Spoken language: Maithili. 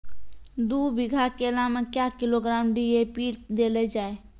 दू बीघा केला मैं क्या किलोग्राम डी.ए.पी देले जाय?